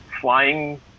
flying